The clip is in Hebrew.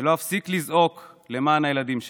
שלא אפסיק לזעוק למען הילדים שלנו.